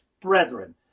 brethren